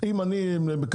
אם אני לוקח